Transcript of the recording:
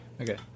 Okay